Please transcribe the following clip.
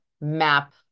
map